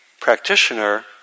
practitioner